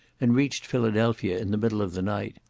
and reached philadelphia in the middle of the night.